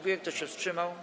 Kto się wstrzymał?